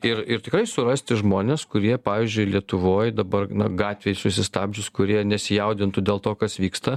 ir ir tikrai surasti žmones kurie pavyzdžiui lietuvoj dabar na gatvėje susistabdžius kurie nesijaudintų dėl to kas vyksta